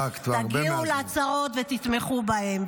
תגיעו לעצרות ותתמכו בהם.